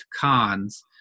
cons